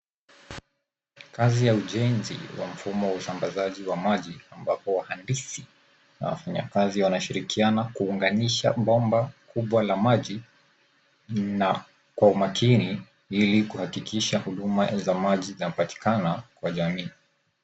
Kazi ya ujenzi wa mfumo wa usamabazaji wa maji ambapo wahandisi na wafanyakazi wanashirikiana kuuganisha bomba kubwa la maji na kwa umakini ili kuhakikisha huduma za maji zinapatikana kwa jamii.